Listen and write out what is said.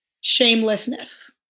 shamelessness